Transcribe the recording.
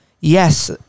Yes